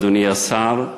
אדוני השר,